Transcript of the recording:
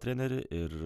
trenerį ir